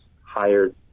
hired